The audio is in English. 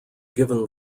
given